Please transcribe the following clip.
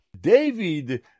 David